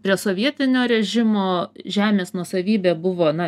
prie sovietinio režimo žemės nuosavybė buvo na